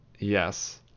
yes